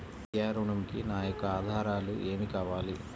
విద్యా ఋణంకి నా యొక్క ఆధారాలు ఏమి కావాలి?